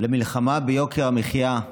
למלחמה ביוקר המחיה,